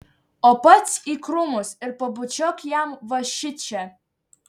o pats į krūmus ir pabučiuok jam va šičia